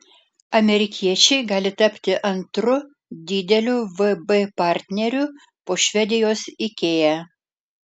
amerikiečiai gali tapti antru dideliu vb partneriu po švedijos ikea